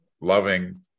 loving